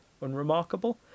unremarkable